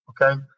Okay